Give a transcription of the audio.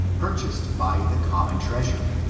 purchased by the common treasure.